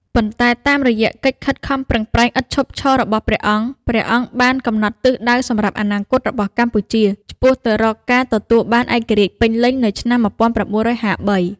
ប៉ុន្តែតាមរយៈកិច្ចខិតខំប្រឹងប្រែងឥតឈប់ឈររបស់ព្រះអង្គ ព្រះអង្គបានកំណត់ទិសដៅសម្រាប់អនាគតរបស់កម្ពុជា ឆ្ពោះទៅរកការទទួលបានឯករាជ្យពេញលេញនៅឆ្នាំ១៩៥៣។